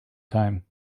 time